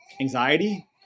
anxiety